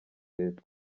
leta